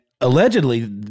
allegedly